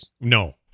No